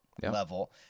level